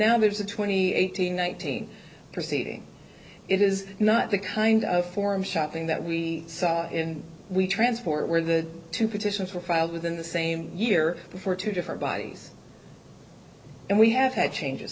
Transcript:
now there's a twenty eight hundred nineteen proceeding it is not the kind of forum shopping that we saw in we transport where the two petitions were filed within the same year before two different bodies and we have had changes